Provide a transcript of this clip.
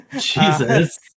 Jesus